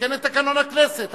לתקן את תקנון הכנסת.